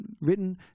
written